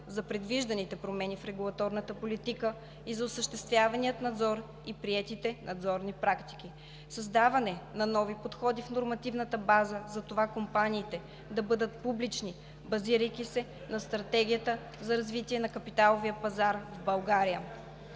за предвижданите промени в регулаторната политика и за осъществявания надзор и приетите надзорни практики. Създаване на нови подходи в нормативната база за това компаниите да бъдат публични, базирайки се на Стратегията за развитие на капиталовия пазар в България.